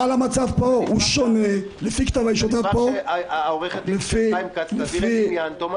הצוות שלך או נציגי משרדי ממשלה אורחים קבועים בכל